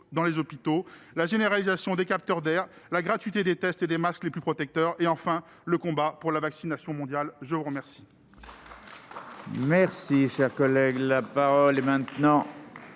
dans les hôpitaux, la généralisation des capteurs d'air, la gratuité des tests et des masques les plus protecteurs, enfin, le combat pour la vaccination mondiale. La parole